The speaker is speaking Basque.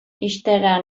ixtera